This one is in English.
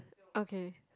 okay